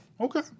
Okay